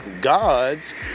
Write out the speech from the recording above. Gods